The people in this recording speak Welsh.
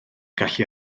gallu